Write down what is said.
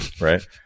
right